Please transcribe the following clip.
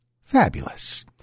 Fabulous